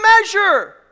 measure